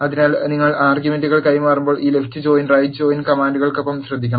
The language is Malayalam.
അതിനാൽ നിങ്ങൾ ആർഗ്യുമെന്റുകൾ കൈമാറുമ്പോൾ ഈ ലെഫ്റ് ജോയിൻ റൈറ്റ് ജോയിൻ കമാൻഡുകൾക്കൊപ്പം ശ്രദ്ധിക്കണം